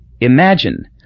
Imagine